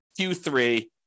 Q3